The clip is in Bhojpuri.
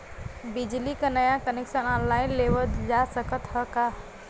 बिजली क नया कनेक्शन ऑनलाइन लेवल जा सकत ह का?